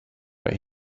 but